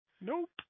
Nope